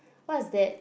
what is that